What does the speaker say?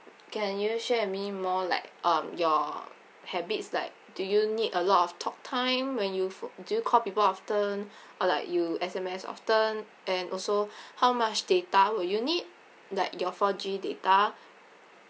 can you share me more like um your habits like do you need a lot of talk time when you do you call people often or like you S_M_S often and also how much data will you need like your four G data